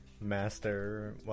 Master